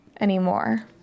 anymore